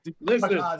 Listen